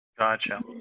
gotcha